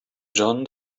jon